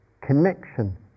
connection